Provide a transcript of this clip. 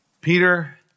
Peter